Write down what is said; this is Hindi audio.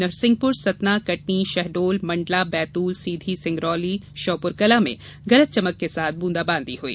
नरसिंहपुर सतना कटनी शहडोल मंडला बैतूल सीधी सिंगरौली श्योपुरकला में गरज चमक के साथ ब्रंदा बांदी हुई